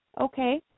okay